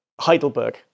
Heidelberg